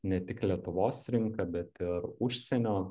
ne tik lietuvos rinka bet ir užsienio